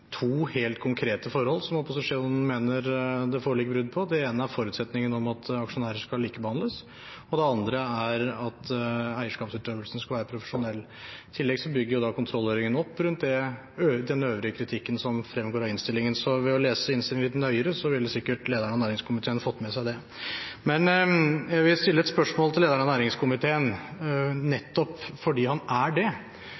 andre er at eierskapsutøvelsen skal være profesjonell. I tillegg bygger kontrollhøringen opp rundt den øvrige kritikken som fremgår av innstillingen, så ved å lese innstillingen litt nøyere, ville sikkert lederen av næringskomiteen ha fått med seg det. Jeg vil stille et spørsmål til lederen av næringskomiteen